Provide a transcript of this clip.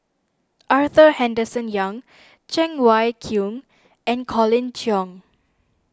Arthur Henderson Young Cheng Wai Keung and Colin Cheong